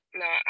no